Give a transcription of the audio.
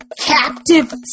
captive